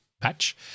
patch